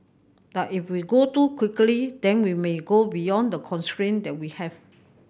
but if we go too quickly then we may go beyond the constraint that we have